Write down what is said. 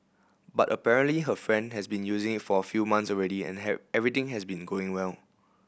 but apparently her friend has been using it for a few months already and everything has been going well